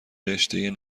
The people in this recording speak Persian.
رشتهء